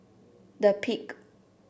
The Peak